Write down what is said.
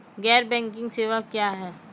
गैर बैंकिंग सेवा क्या हैं?